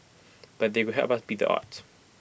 but they could help us beat the odds